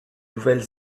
nouvelle